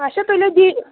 اَچھا تُلِو دِ